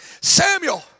Samuel